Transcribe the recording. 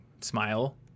smile